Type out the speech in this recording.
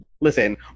Listen